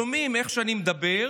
שומעים איך שאני מדבר,